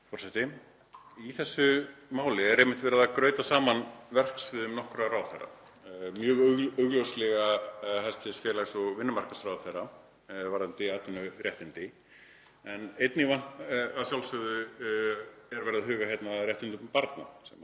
Í þessu máli er einmitt verið að grauta saman verksviðum nokkurra ráðherra, mjög augljóslega hæstv. félags- og vinnumarkaðsráðherra varðandi atvinnuréttindi, en einnig er að sjálfsögðu verið að huga að réttindum barna,